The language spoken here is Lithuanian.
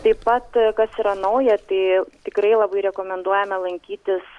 taip pat kas yra nauja tai tikrai labai rekomenduojame lankytis